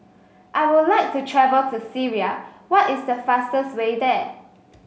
I would like to travel to Syria what is the fastest way there